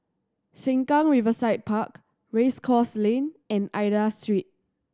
Sengkang Riverside Park Race Course Lane and Aida Street